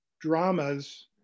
dramas